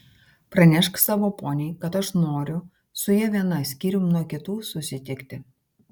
pranešk savo poniai kad aš noriu su ja viena skyrium nuo kitų susitikti